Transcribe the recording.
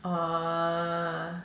orh